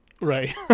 Right